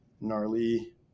Gnarly